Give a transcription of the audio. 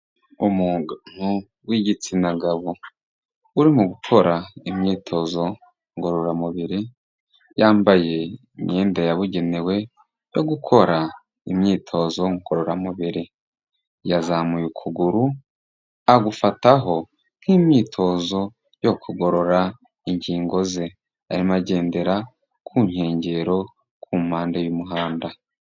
Umuntu w'igitsina gabo uri mu gukora imyitozo ngororamubiri, yambaye imyenda yabugenewe yo gukora imyitozo ngororamubiri. Yazamuye ukuguru agufataho, nk'imyitozo yo kugorora ingingo ze. Arimo agendera ku nkengero ku mpande y'umuhanda.